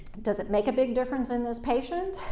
does it make a big difference in this patient?